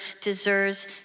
deserves